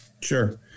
Sure